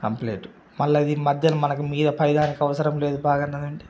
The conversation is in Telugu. కంప్లీటు మళ్ళా ఇది మధ్య మనకు మీద పైదాకా అవసరంలేదు బాగుందని అంటే